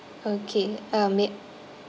okay uh mayb~